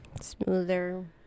smoother